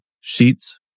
Sheets